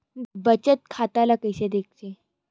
बचत खाता ला कइसे दिखथे?